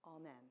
amen